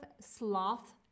sloth